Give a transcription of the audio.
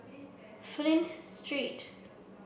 Flint Street